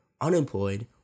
unemployed